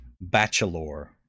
Bachelor